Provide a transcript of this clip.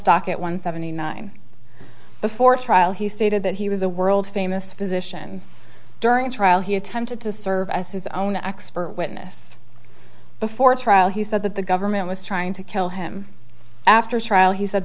stock at one seventy nine before trial he stated that he was a world famous physician during trial he attempted to serve as his own expert witness before trial he said that the government was trying to kill him after a trial he said